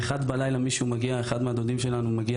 ב-1:00 בלילה אחד הדודים שלנו מגיע